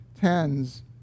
tens